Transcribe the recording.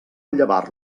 llevar